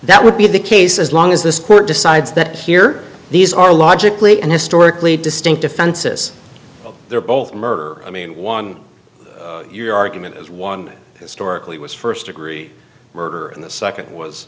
that would be the case as long as the court decides that here these are logically and historically distinct offenses they're both murder i mean one your argument is one historically was first degree murder and the second was